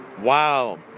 Wow